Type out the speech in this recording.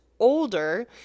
older